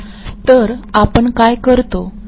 तर आपण काय करतो ते खालीलप्रमाणे आहे